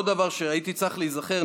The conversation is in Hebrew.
עוד דבר שהייתי צריך להיזכר,